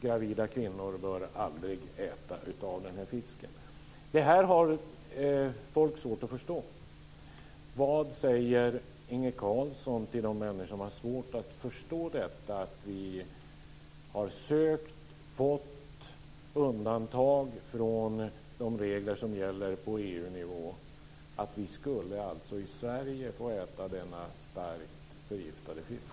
Gravida kvinnor bör aldrig äta av fisken. Det här har människor svårt att förstå. Vad säger Inge Carlsson till de människor som har svårt att förstå att vi har sökt och fått undantag från de regler som gäller på EU-nivå? Vi skulle alltså i Sverige få äta denna starkt förgiftade fisk.